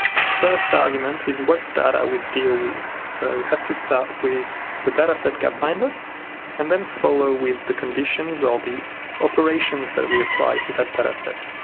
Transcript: the first argument is what data we'll deal with, so we have to start with the data set gapminder and then follow with the conditions or the operations that we apply to that data set.